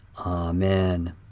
Amen